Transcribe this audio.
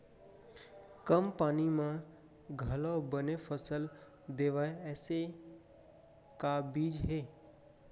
कम पानी मा घलव बने फसल देवय ऐसे का बीज हे?